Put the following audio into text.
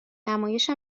نمایش